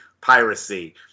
piracy